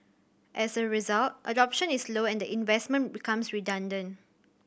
as a result adoption is low and the investment becomes redundant